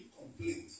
complete